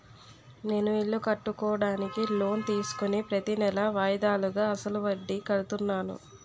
నేను ఇల్లు కట్టుకోడానికి లోన్ తీసుకుని ప్రతీనెలా వాయిదాలుగా అసలు వడ్డీ కడుతున్నాను